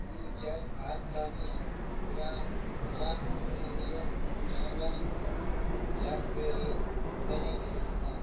Future organic gran granular jaggery உடனே கிடைக்குமா